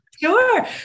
Sure